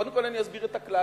קודם כול, אני אסביר את הכלל,